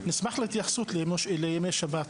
אני אשמח להתייחסות לימי שבת.